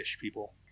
people